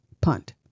punt